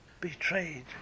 betrayed